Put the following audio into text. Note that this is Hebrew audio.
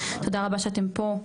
תודה רבה שאתם פה.